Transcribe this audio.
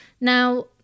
Now